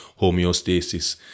Homeostasis